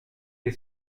est